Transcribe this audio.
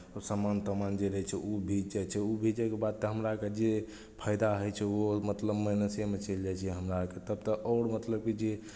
सामान तामान जे रहै छै ओ भीज जाइ छै ओ भीज जायके बाद तऽ हमरा आरकेँ जे फाइदा होइ छै ओहो मतलब माइनसेमे चलि जाइ छै हमरा आरकेँ तब तऽ आओर मतलब कि जे